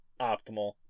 optimal